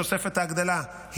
תוספת ההגדלה,